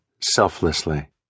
selflessly